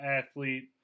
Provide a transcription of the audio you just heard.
athlete